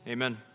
Amen